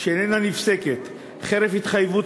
שאיננה נפסקת, חרף התחייבות